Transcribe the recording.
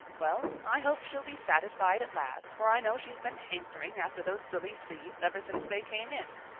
well, i hope she'll be satisfied at last, for i know she's been hankering after those silly sleeves ever since they came in,